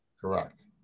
Correct